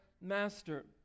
master